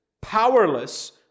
powerless